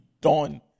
done